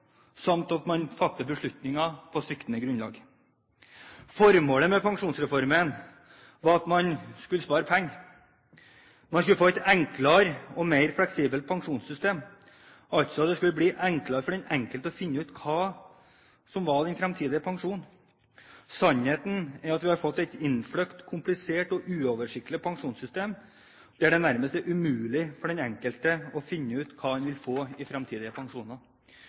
samt at man fatter beslutninger på sviktende grunnlag. Formålet med Pensjonsreformen var at man skulle spare penger. Man skulle få et enklere og mer fleksibelt pensjonssystem, det skulle bli enklere for den enkelte å finne ut hva som var den fremtidige pensjonen. Sannheten er at vi har fått et innfløkt, komplisert og uoversiktlig pensjonssystem, der det nærmest er umulig for den enkelte å finne ut hva man vil få i fremtidige pensjoner.